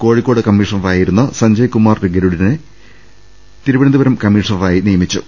കോഴിക്കോട്ട് കമ്മിഷണറായിരുന്ന സഞ്ജയ് കുമാർ ഗരുഡിനെ തിരുവനന്തപുരം കമ്മിഷണറായി മാറ്റിനിയമിച്ചു